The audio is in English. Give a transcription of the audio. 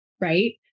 right